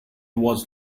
was